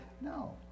No